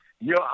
Yo